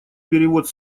перевод